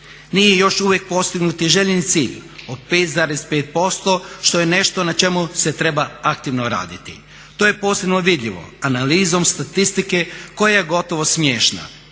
Nije još uvijek postignuti željeni cilj od 5,5% što je nešto na čemu se treba aktivno raditi. To je posebno vidljivo analizom statistike koja je gotovo smiješna.